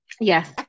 Yes